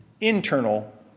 internal